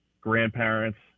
grandparents